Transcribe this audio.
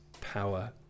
power